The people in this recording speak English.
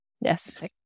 Yes